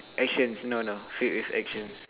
actions no no filled with actions